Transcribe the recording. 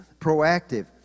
proactive